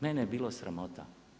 Mene je bilo sramota.